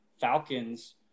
Falcons